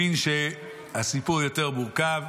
הבין שהסיפור יותר מורכב,